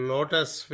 Lotus